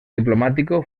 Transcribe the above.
diplomático